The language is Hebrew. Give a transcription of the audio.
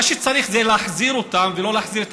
מה שצריך זה להחזיר אותם ולא להחזיר את